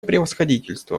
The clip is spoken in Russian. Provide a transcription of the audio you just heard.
превосходительство